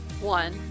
one